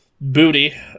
Booty